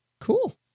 Cool